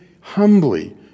humbly